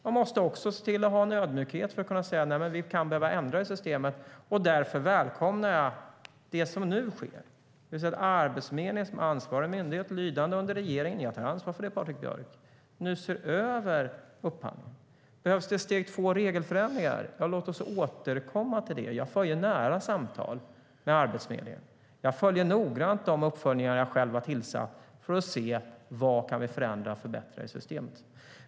Man måste också se till att ha en ödmjukhet för att kunna säga: Nej, men vi kan behöva ändra i systemet. Därför välkomnar jag det som nu sker, det vill säga att Arbetsförmedlingen nu ser över upphandlingen. Arbetsförmedlingen är ansvarig myndighet som lyder under regeringen - jag tar ansvar för det, Patrik Björck. Behövs det i steg två regelförändringar? Ja, låt oss återkomma till det. Jag för nära samtal med Arbetsförmedlingen. Jag följer noggrant de uppföljningar jag själv har tillsatt för att se: Vad kan vi förändra och förbättra i systemet?